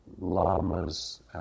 lamas